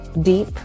deep